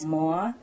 more